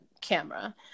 camera